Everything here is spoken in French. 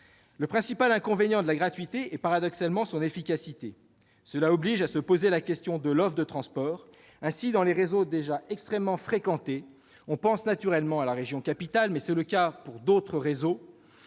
Le principal inconvénient de la gratuité est paradoxalement son efficacité. Elle oblige à se poser la question de l'offre de transport. Ainsi, dans les réseaux déjà extrêmement fréquentés- on pense naturellement à la région capitale, mais c'est le cas pour d'autres réseaux